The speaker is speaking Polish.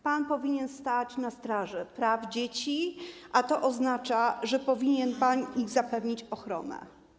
Pan powinien stać na straży praw dzieci, a to oznacza, że powinien pan zapewnić im ochronę.